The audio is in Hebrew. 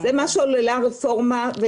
זה מה שעוללה הרפורמה,